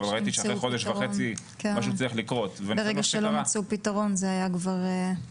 אבל ראיתי שאחרי חודש וחצי משהו צריך לקרות וזה מה שקרה.